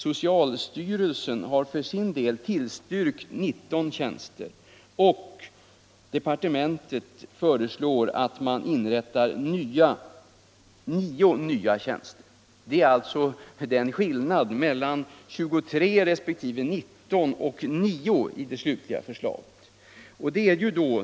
Socialstyrelsen har för sin del tillstyrkt 19 tjänster, och departementet föreslår att man inrättar 9 nya tjänster. Skillnaden är alltså att man i det slutliga förslaget accepterar 9 i stället för 23 resp. 19 tjänster.